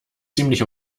ziemlich